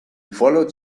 followed